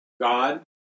God